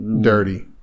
dirty